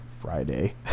Friday